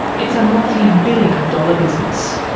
it's a multi-billion dollar business.